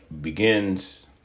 begins